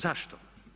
Zašto?